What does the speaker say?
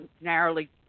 narrowly